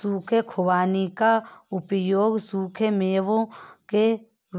सूखे खुबानी का उपयोग सूखे मेवों के